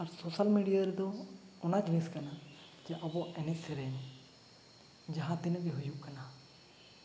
ᱟᱨ social media ᱨᱮᱫᱚ ᱚᱱᱟ ᱡᱤᱱᱤᱥ ᱠᱟᱱᱟ ᱡᱮ ᱟᱵᱚᱣᱟᱜ ᱮᱱᱮᱡᱼᱥᱮᱨᱮᱧ ᱡᱟᱦᱟᱸ ᱛᱤᱱᱟᱹᱜ ᱜᱮ ᱦᱩᱭᱩᱜ ᱠᱟᱱᱟ